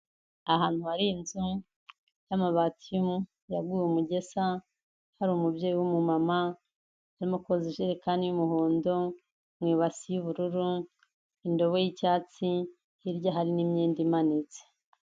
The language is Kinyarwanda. Ahantu hari inzu y'amabati yaguye umugesa, hari umubyeyi w'umumama arimo koza ijerekani y'umuhondo mu ibase y'ubururu, indobo y'icyatsi, hirya hari n'imyenda imanitse.